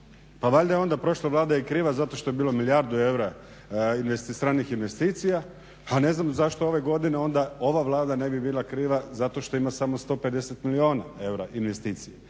Pa valjda je onda prošla vlada je kriva zato što je bilo milijardu eura stranih investicija a ne znam zašto ove godine ova Vlada ne bi bila kriva zato što ima samo 150 milijuna eura investicija.